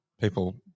people